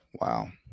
Wow